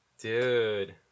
Dude